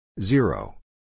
Zero